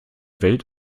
welt